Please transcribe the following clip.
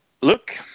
Look